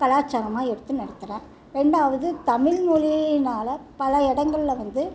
கலாச்சாரமாக எடுத்து நடத்துகிறேன் என்னாகுது தமிழ்மொழியினால் பல இடங்கள்ல வந்து